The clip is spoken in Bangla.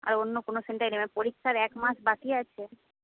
আর অন্য কোনো সেন্টারে নেবে না পরীক্ষার এক মাস বাকি আছে